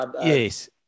Yes